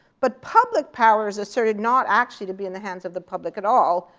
but public powers asserted not actually to be in the hands of the public at all,